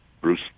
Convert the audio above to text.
Bruce